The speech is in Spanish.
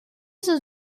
sus